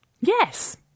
Yes